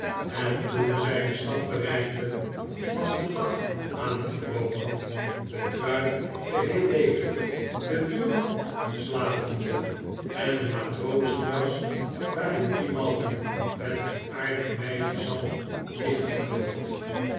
en toen zij de stad bereikten was de dag aangebroken de kruik geheel leeg de buurman slapende en de matrozenjas waarin gtrimaldi met het aardige meisje zat